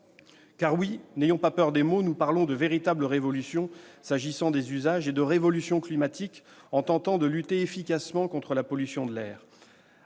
N'ayons pas peur des mots : nous parlons d'une véritable révolution des usages et de révolution climatique en tentant de lutter efficacement contre la pollution de l'air.